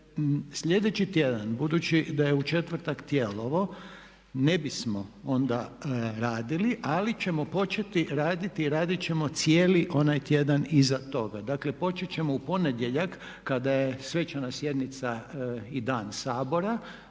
Slijedeći tjedan budući da je u četvrtak Tijelovo ne bismo onda radili, ali ćemo početi raditi i radit ćemo cijeli onaj tjedan iza toga. Dakle počet ćemo u ponedjeljak kada je svečana sjednica i Dan Sabora